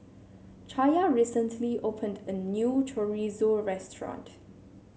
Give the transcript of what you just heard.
Chaya recently opened a new Chorizo restaurant